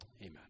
Amen